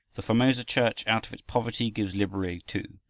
the formosa church out of its poverty gives liberally too.